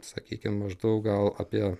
sakykim maždaug gal apie